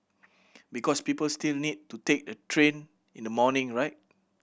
because people still need to take the train in the morning right